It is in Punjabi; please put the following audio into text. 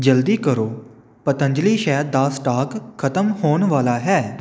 ਜਲਦੀ ਕਰੋ ਪਤੰਜਲੀ ਸ਼ਹਿਦ ਦਾ ਸਟਾਕ ਖਤਮ ਹੋਣ ਵਾਲਾ ਹੈ